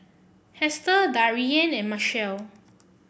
Hester Darien and Machelle